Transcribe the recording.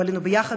אנחנו עלינו ביחד,